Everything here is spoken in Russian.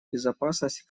безопасности